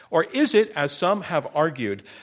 or is it, as some have argued,